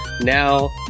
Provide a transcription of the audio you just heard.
Now